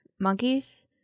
monkeys